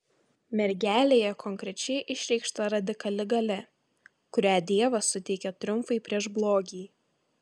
mergelėje konkrečiai išreikšta radikali galia kurią dievas suteikė triumfui prieš blogį